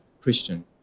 Christian